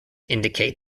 indicate